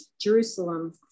Jerusalem